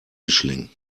mischling